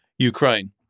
Ukraine